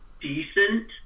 decent